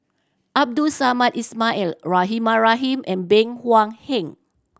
Abdul Samad Ismail Rahimah Rahim and Bey Hua Heng